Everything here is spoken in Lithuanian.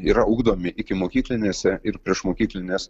yra ugdomi ikimokyklinėse ir priešmokyklinės